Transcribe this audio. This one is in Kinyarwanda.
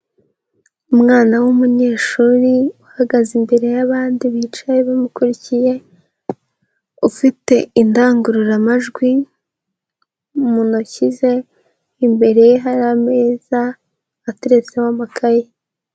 Umwana w'umunyeshuri uhagaze imbere y'abandi bicaye bamukurikiye, ufite indangururamajwi mu ntoki ze, imbere ye hari ameza ateretseho amakaye.